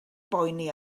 boeni